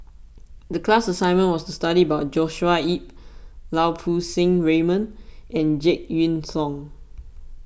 the class assignment was to study about Joshua Ip Lau Poo Seng Raymond and Jek Yeun Thong